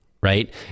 right